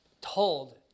told